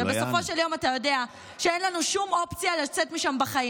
הרי בסופו של דבר אתה יודע שאין לנו שום אופציה לצאת משם בחיים.